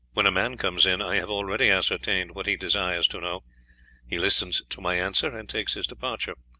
when a man comes in, i have already ascertained what he desires to know he listens to my answer and takes his departure.